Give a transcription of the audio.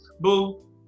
boo